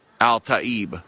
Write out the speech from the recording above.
Al-Ta'ib